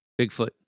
Bigfoot